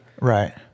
right